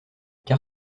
car